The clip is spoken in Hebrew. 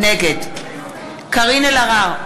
נגד קארין אלהרר,